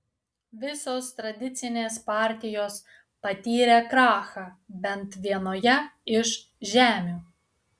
visos tradicinės partijos patyrė krachą bent vienoje iš žemių